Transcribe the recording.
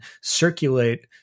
circulate